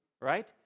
Right